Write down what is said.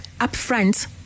upfront